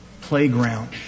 playground